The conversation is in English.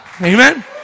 Amen